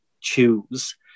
choose